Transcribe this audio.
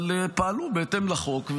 אבל פעלו בהתאם לחוק,